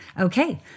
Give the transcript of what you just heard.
okay